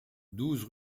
douze